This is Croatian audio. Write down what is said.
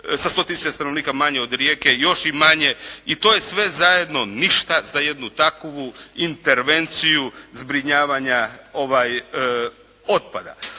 sa 100 tisuća stanovnika manje od Rijeke, još i manje. I to je sve zajedno ništa za jednu takovu intervenciju zbrinjavanja otpada.